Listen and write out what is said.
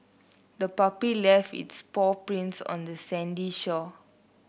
the puppy left its paw prints on the sandy shore